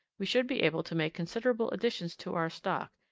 we should be able to make considerable additions to our stock,